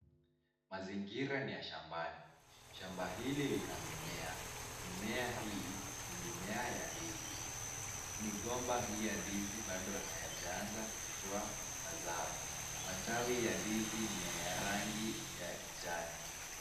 Mazingira ni ya shambani. shampa hili lina mimea, mimea hii ni mimea ya ndizi, migomba hii ya ndizi bado hayajaanza kutoa mazao. Matawi ya ndizi ni ya rangi ya kijani.